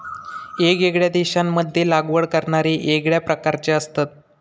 येगयेगळ्या देशांमध्ये लागवड करणारे येगळ्या प्रकारचे असतत